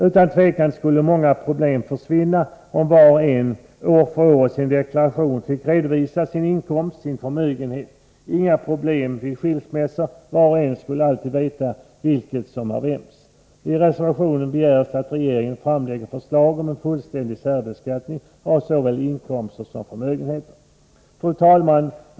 Utan tvivel skulle många problem försvinna om var och en år för år i sin deklaration fick redovisa sin inkomst och sin förmögenhet. Inga problem vid skilsmässor skulle uppstå, var och en skulle alltid veta vilket som är vems. I reservationen begärs att regeringen framlägger förslag om fullständig särbeskattning av såväl inkomster som förmögenheter. Fru talman!